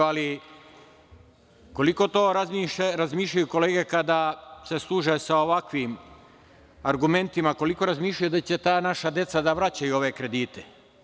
Ali, koliko to razmišljaju kolege kada se služe sa ovakvim argumentima, koliko razmišljaju da će ta naša deca da vraćaju ove kredite?